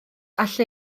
all